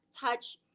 touch